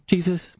Jesus